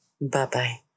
Bye-bye